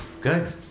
Good